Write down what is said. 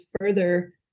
further